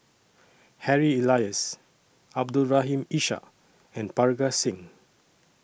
Harry Elias Abdul Rahim Ishak and Parga Singh